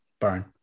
Burn